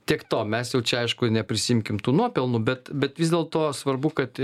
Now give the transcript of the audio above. tiek to mes jau čia aišku neprisiimkit tų nuopelnų bet bet vis dėlto svarbu kad